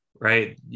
right